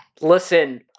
Listen